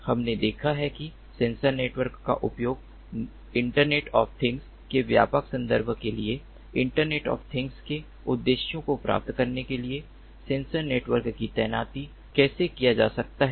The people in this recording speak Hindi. हमने देखा है कि सेंसर नेटवर्क का उपयोग इंटरनेट ऑफ थिंग्स के व्यापक संदर्भ के लिए इंटरनेट ऑफ थिंग्स के उद्देश्यों को प्राप्त करने के लिए सेंसर नेटवर्क की तैनाती कैसे किया जा सकता है